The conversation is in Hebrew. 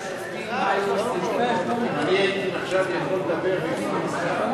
אם אני הייתי עכשיו יכול לדבר הייתי,